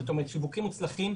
זאת אומרת שיווקים מוצלחים,